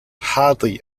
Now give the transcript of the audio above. hardy